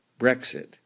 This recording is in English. Brexit